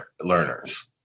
learners